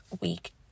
week